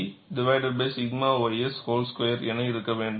5 KICσ ys 2 என இருக்க வேண்டும்